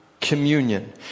communion